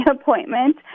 appointment